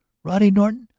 roddy norton,